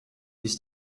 ist